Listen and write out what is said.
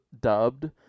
dubbed